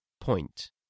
point